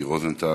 מיקי רוזנטל.